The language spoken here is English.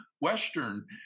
Western